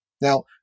Now